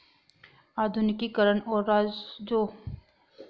आधुनिकीकरण और साजोसामान की खरीद के लिए इस बार रक्षा बजट में बड़ी बढ़ोतरी होगी